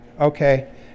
okay